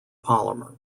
polymer